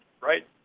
right